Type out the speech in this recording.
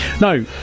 no